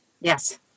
yes